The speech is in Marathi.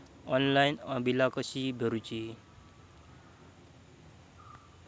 ऑनलाइन बिला कशी भरूची?